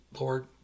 Lord